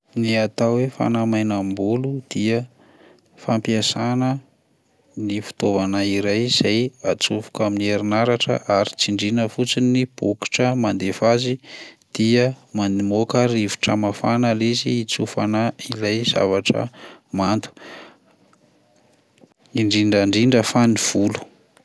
Ny atao hoe fanamainam-bolo dia fampiasana ny fitaovana iray zay atsofoka amin'ny herinaratra ary tsindriana fotsiny ny bokotra mandefa azy dia mamoaka rivotra mafana izy hitsofana ilay zavatra mando, indrindrandrindra fa ny volo.